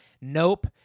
Nope